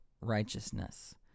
righteousness